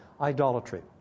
idolatry